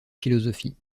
philosophie